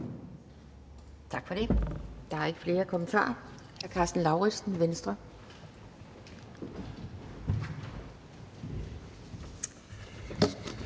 Tak for det. Der er ikke flere kommentarer. Hr. Karsten Lauritzen, Venstre.